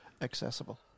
accessible